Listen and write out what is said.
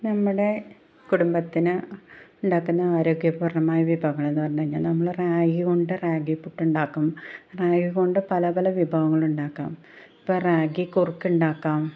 നമ്മുടെ കുടുംബത്തിന് ഉണ്ടാക്കുന്ന ആരോഗ്യ പൂർണ്ണമായ വിഭവങ്ങളെന്നു പറഞ്ഞു കഴിഞ്ഞാൽ നമ്മൾ റാഗികൊണ്ടു റാഗി പുട്ടുണ്ടാകും റാഗി കൊണ്ട് പല പല വിഭവങ്ങളുണ്ടാക്കും ഇപ്പോൾ റാഗി കുറുക്കുണ്ടാക്കാം